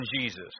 Jesus